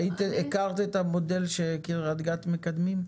האם הכרת את המודל שקריית גת מקדמים?